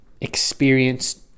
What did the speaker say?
experienced